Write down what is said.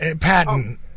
Patton